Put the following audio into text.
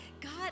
God